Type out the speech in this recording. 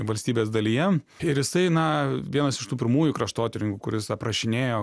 valstybės dalyje ir jisai na vienas iš tų pirmųjų kraštotyrininkų kuris aprašinėjo